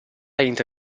entra